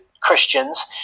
Christians